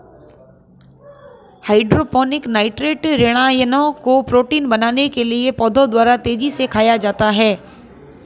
hydroponic nitrate ऋणायनों को protein बनाने के लिए पौधों द्वारा तेजी से खाया जाता है